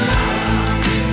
Love